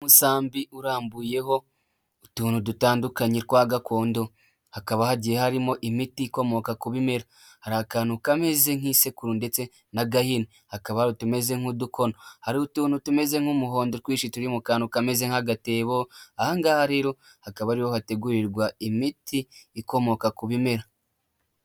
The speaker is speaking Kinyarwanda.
Umusambi urambuyeho utuntu dutandukanye twa gakondo, hakaba hagiye harimo imiti ikomoka ku bimera hari akantu kameze nk'isekuru ndetse n'agahini, hakaba hari utumeze nk'udukono, hari utuntu tumeze nk'umuhondo twinshi turi mu kantu kameze nk'agatebo, aha ngaha rero hakaba ariho hategurirwa imiti ikomoka ku bimera.